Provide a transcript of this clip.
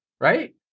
right